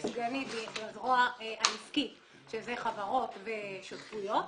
יש סגנית שהיא לזרוע העסקית שאלה חברות ושותפויות